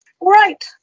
Right